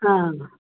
आम्